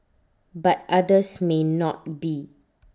but others may not be